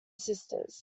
sisters